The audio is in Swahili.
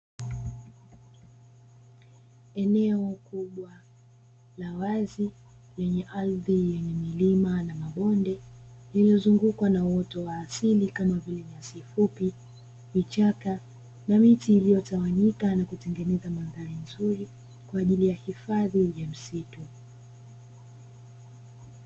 Eneo kubwa la wazi lenye ardhi yenye milima na mabonde limezungukwa na uoto wa asili kama vile nyasi fupi, vichaka na miti iliyotawanyika na kutengeneza mandhari nzuri kwa ajili ya hifadhi na msitu.